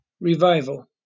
revival